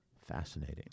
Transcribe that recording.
Fascinating